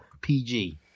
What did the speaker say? PG